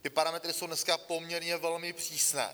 Ty parametry jsou dneska poměrně velmi přísné.